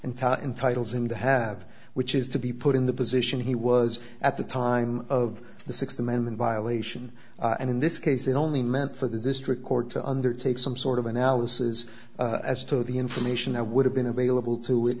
and entitles him to have which is to be put in the position he was at the time of the sixth amendment violation and in this case it only meant for the district court to undertake some sort of analysis as to the information that would have been available to it